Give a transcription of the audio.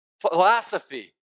philosophy